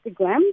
Instagram